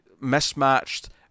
mismatched